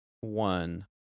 one